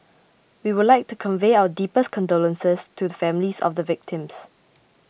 we would like to convey our deepest condolences to the families of the victims